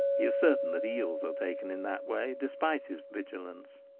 he is certain that eels are taken in that way despite his vigilance.